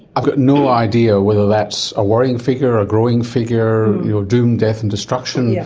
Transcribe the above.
i've got no idea whether that's a worrying figure or a growing figure, doom, death and destruction. yeah